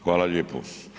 Hvala lijepo.